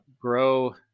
grow